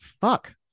Fuck